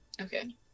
Okay